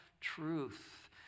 truth